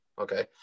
okay